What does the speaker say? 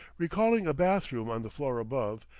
recalling a bath-room on the floor above,